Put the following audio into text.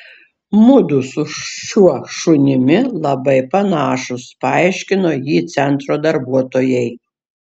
mudu su šiuo šunimi labai panašūs paaiškino ji centro darbuotojai